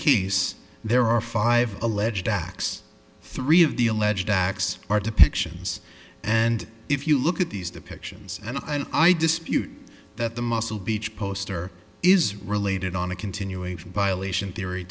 case there are five alleged acts three of the alleged acts are depictions and if you look at these depictions and i dispute that the muscle beach poster is related on a continuing violation theory